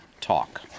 talk